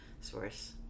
source